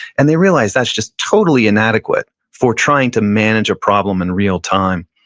and they realize that's just totally inadequate for trying to manage a problem in real time.